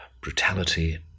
brutality